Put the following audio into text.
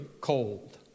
cold